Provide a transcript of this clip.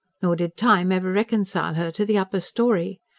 nor did time ever reconcile her to the upper storey.